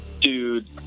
Dude